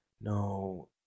no